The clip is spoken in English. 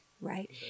Right